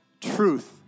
truth